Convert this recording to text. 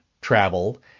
travel